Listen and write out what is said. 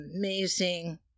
amazing